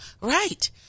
Right